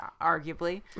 arguably